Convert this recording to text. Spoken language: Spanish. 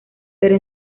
pero